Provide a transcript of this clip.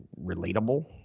relatable